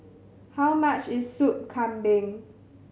how much is Sup Kambing